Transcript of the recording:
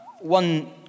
One